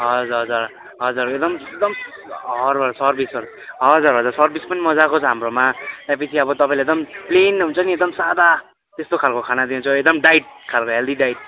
हजुर हजुर हजुर एकदम एकदम हर्बर सर्विस हो हजुर हजुर सर्विस पनि मज्जाको छ हाम्रोमा त्यहाँपछि अब तपाईँले एकदम प्लेन हुन्छ नि एकदम सादा त्यस्तो खालको खाना दिन्छ एकदम डाइट खालको हेल्दी डाइट